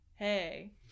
hey